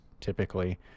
typically